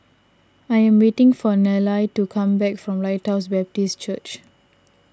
I am waiting for Nellie to come back from Lighthouse Baptist Church